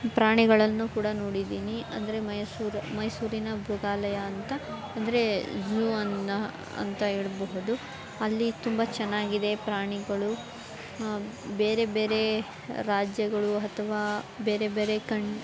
ಪ್ರಾಣಿಗಳನ್ನು ಕೂಡ ನೋಡಿದ್ದೀನಿ ಅಂದರೆ ಮೈಸೂರು ಮೈಸೂರಿನ ಮೃಗಾಲಯ ಅಂತ ಅಂದರೆ ಝೂ ಅನ್ನು ಅಂತ ಹೇಳ್ಬಹುದು ಅಲ್ಲಿ ತುಂಬ ಚೆನ್ನಾಗಿದೆ ಪ್ರಾಣಿಗಳು ಬೇರೆ ಬೇರೆ ರಾಜ್ಯಗಳು ಅಥ್ವಾ ಬೇರೆ ಬೇರೆ ಕಂಟ್